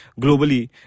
globally